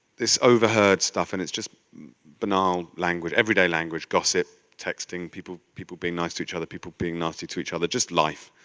this overheard stuff and it's just banal language, everyday language, gossip, texting people people being nice to each other, people being nasty to each other, just life,